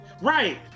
right